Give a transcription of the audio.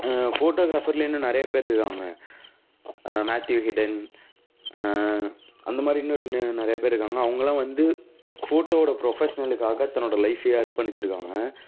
ஃபோட்டோகிராஃபர்லே இன்னும் நறைய பேர்ருக்காங்க மேத்யூவ் ஹிடென் அந்த மாதிரி இன்னும் ரெண்டு நிறையா பேர் இருக்காங்க அவங்களாம் வந்து ஃபோட்டோவோட ப்ரொஃபஷ்னலுக்காக தன்னோட லைஃபையே அர்ப்பணிச்சுருக்காங்க